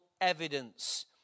evidence